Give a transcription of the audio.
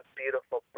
beautiful